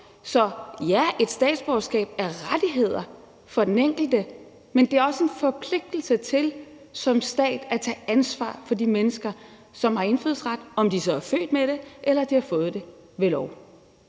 Så ja, et statsborgerskab er rettigheder for den enkelte, men det er også en forpligtelse til som stat at tage ansvar for de mennesker, som har indfødsret, om de så er født med det eller de har fået det ved lov.